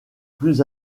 plus